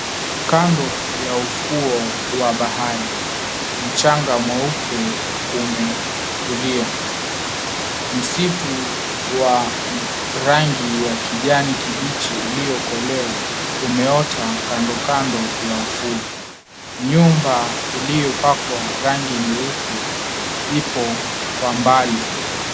Kando ya ufuo wa bahari, mchanga mweupe umetulia, msitu wa rangi ya kijani kibichi uliokolea umeota kandokando ya ufu. Nyumba iliopakwa rangi nyeupe ipo kwa mbali.